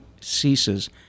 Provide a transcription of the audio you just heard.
ceases